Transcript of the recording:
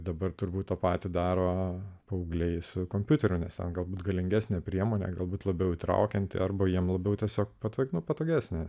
dabar turbūt tą patį daro paaugliai su kompiuteriu nes ten galbūt galingesnė priemonė galbūt labiau įtraukianti arba jiems labiau tiesiog patvarkymo patogesnė